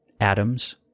atoms